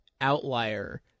outlier